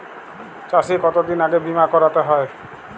চাষে কতদিন আগে বিমা করাতে হয়?